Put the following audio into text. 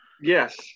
yes